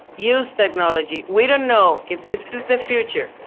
use technology, we don't know if this is the future.